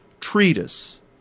treatise